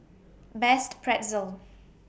Best Pretzel